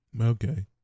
Okay